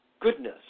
goodness